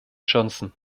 johnson